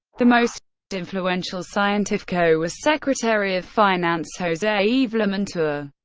the most influential cientifco was secretary of finance jose yves limantour.